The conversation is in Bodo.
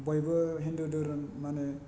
बयबो हिन्दु धोरोम मानि